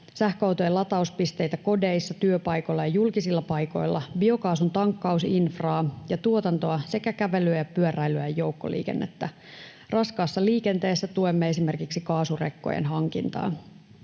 sähköautojen latauspisteitä kodeissa, työpaikoilla ja julkisilla paikoilla, biokaasun tankkausinfraa ja tuotantoa sekä kävelyä ja pyöräilyä ja joukkoliikennettä. Raskaassa liikenteessä tuemme esimerkiksi kaasurekkojen hankintaa.